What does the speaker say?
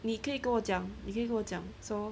你可以跟我讲你可以跟我讲说